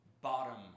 bottom